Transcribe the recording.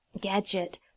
gadget